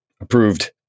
Approved